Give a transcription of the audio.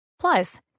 Plus